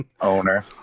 owner